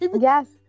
Yes